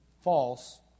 false